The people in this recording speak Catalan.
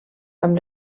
amb